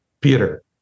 Peter